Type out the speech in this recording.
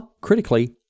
critically